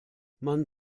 man